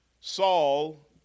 Saul